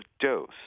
dose